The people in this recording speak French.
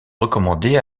recommandé